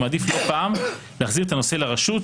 הוא מעדיף לא פעם להחזיר את הנושא לרשות,